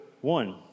one